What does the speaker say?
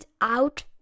out